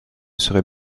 serait